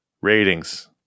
Ratings